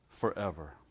forever